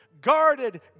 guarded